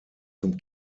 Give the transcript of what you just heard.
zum